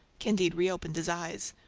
candide reopened his eyes.